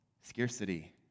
scarcity